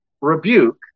rebuke